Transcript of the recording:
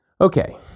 Okay